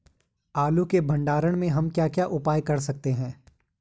आलू के भंडारण में हम क्या क्या उपाय कर सकते हैं?